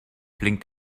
blinkt